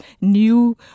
new